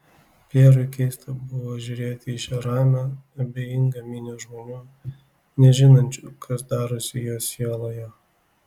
pjerui keista buvo žiūrėti į šią ramią abejingą minią žmonių nežinančių kas darosi jo sieloje